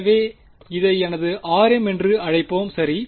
எனவே இதை எனது rm என்று அழைப்போம் சரி